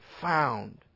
found